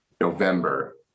November